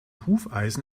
hufeisen